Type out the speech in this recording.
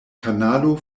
kanalo